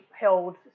held